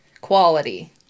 quality